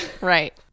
Right